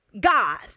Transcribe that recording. God